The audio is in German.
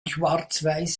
schwarzweiß